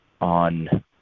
on